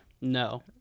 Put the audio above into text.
no